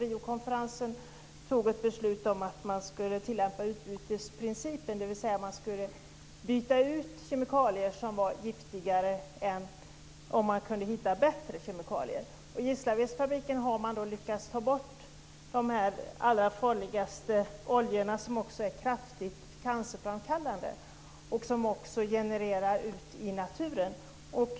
Riokonferensen fattade ett beslut om att man skulle tillämpa utbytesprincipen, dvs. man skulle byta ut giftiga kemikalier om man kunde hitta bättre kemikalier. På Gislavedsfabriken har man lyckats ta bort de allra farligaste oljorna som också är kraftigt cancerframkallande och som genererar problem i naturen.